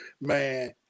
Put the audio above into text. man